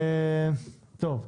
לא.